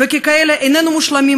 וככאלה איננו מושלמים,